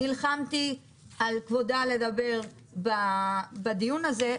שנלחמתי על כבודה לדבר בדיון הזה,